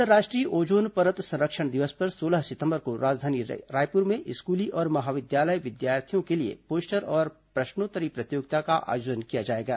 अंतर्राष्ट्रीय ओजोन परत संरक्षण दिवस पर सोलह सितंबर को राजधानी रायपुर में स्कूली और महाविद्यालय विद्यार्थियों के लिए पोस्टर और प्रश्नोत्तरी प्रतियोगिता का आयोजन किया गया है